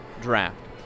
draft